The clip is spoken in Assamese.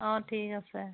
অঁ ঠিক আছে